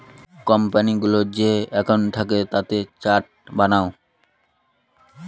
কোম্পানিগুলোর যে একাউন্ট থাকে তাতে চার্ট বানায়